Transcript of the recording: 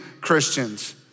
Christians